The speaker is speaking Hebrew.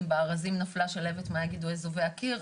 "אם בארזים נפלה שלהבת, מה יגידו אזובי הקיר".